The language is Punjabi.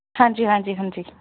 ਹਾਂਜੀ ਹਾਂਜੀ ਹਾਂਜੀ